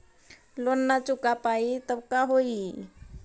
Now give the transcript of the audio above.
Loan न चुका पाई तब का होई?